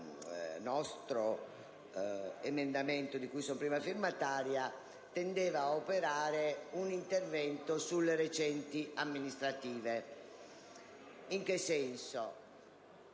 il nostro emendamento, di cui sono prima firmataria, tendeva a operare un intervento sulle recenti elezioni amministrative. In che senso?